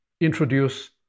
introduce